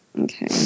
Okay